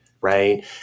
right